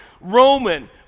Roman